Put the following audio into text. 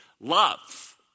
Love